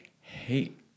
hate